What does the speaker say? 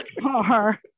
car